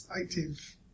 active